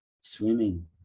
swimming